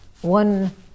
one